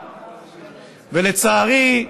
לצערי,